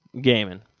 gaming